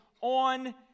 on